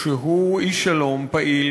שהוא איש שלום פעיל,